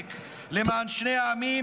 ולחתור לשלום צודק למען שני העמים.